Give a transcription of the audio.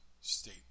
State